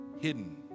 hidden